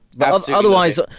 otherwise